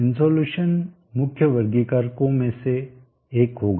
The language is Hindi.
इन्सोलेशन मुख्य वर्गीकारको में से एक होगा